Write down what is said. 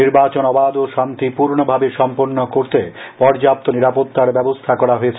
নির্বাচন অবাধ ও শান্তিপূর্ণভাবে সম্পন্ন করতে পর্যাপ্ত নিরাপত্তার ব্যবস্থা করা হয়েছে